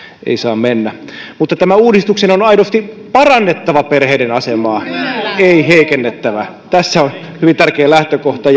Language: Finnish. ei saa mennä mutta tämän uudistuksen on aidosti parannettava perheiden asemaa ei heikennettävä tässä on hyvin tärkeä lähtökohta